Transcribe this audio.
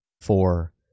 four